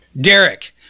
Derek